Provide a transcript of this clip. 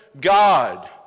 God